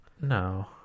No